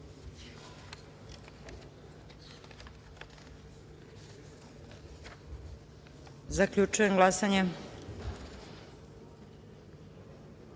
Zaključujem glasanje: